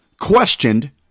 questioned